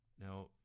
Now